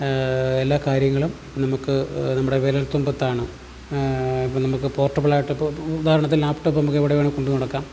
എല്ലാ കാര്യങ്ങളും നമുക്ക് നമ്മുടെ വിരൽത്തുമ്പത്താണ് ഇപ്പം നമുക്ക് പോർട്ടബിളായിട്ടിപ്പോൾ ഉദാഹരണത്തിന് ലാപ്ടോപ്പ് നമുക്കെവിടെ വേണമെങ്കിലും കൊണ്ടുനടക്കാം